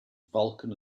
vulkan